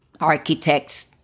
architects